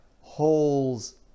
holes